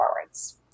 forwards